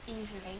easily